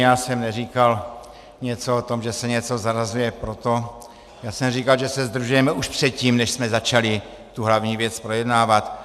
Já jsem neříkal něco o tom, že se něco zařazuje proto, já jsem říkal, že se zdržujeme už předtím, než jsme začali hlavní věc projednávat.